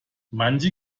manche